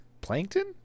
plankton